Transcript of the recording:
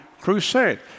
crusade